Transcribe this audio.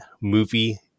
movie